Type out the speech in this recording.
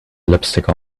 lipstick